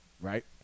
right